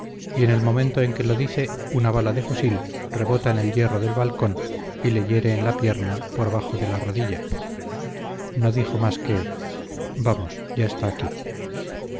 y en el momento en que lo dice una bala de fusil rebota en el hierro del balcón y le hiere en la pierna por bajo de la rodilla no dijo más que vamos ya está aquí